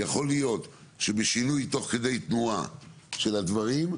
יכול להיות שבשינוי תוך כדי תנועה של הדברים,